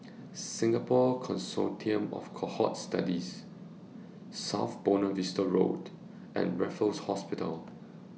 Singapore Consortium of Cohort Studies South Buona Vista Road and Raffles Hospital